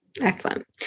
Excellent